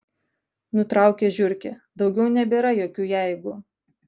nutraukė žiurkė daugiau nebėra jokių jeigu